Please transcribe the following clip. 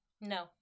No